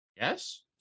yes